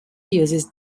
uses